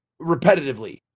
repetitively